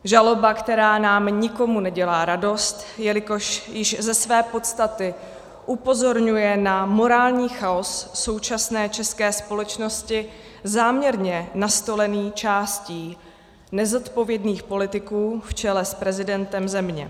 Žaloba, která nám nikomu nedělá radost, jelikož již ze své podstaty upozorňuje na morální chaos současné české společnosti, záměrně nastolený částí nezodpovědných politiků v čele s prezidentem země.